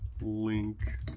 link